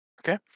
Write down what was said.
Okay